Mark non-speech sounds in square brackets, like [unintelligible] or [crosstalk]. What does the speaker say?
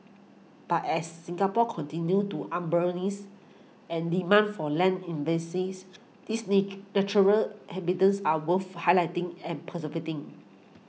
but as Singapore continues to urbanise and demand for land in bases these [unintelligible] natural habitats are worth highlighting and preserving